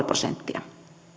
prosenttia